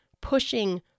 pushing